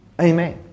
Amen